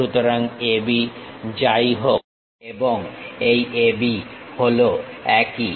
সুতরাং AB যাই হোক এবং এই AB হলো একই